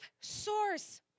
source